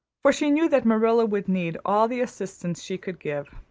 for she knew that marilla would need all the assistance she could give.